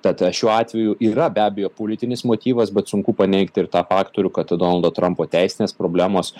tad šiuo atveju yra be abejo politinis motyvas bet sunku paneigti ir tą faktorių kad donaldo trumpo teisinės problemos